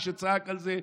מי שצעק על זה,